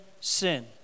sin